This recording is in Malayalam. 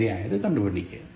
ശരിയായത് കണ്ടുപിടിക്കുക